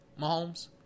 Mahomes